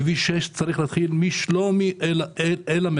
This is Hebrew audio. כביש 6 צריך להתחיל משלומי אל המרכז,